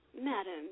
Madam